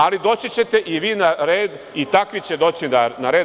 Ali, doći ćete i vi na red i takvi će doći na red.